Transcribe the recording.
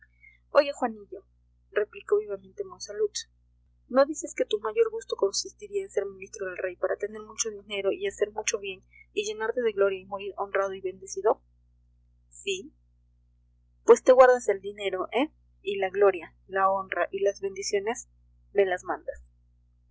oye juanillo replicó vivamente monsalud no dices que tu mayor gusto consistiría en ser ministro del rey para tener mucho dinero y hacer mucho bien y llenarte de gloria y morir honrado y bendecido sí pues te guardas el dinero eh y la gloria la honra y las bendiciones me las mandas